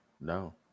no